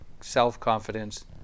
self-confidence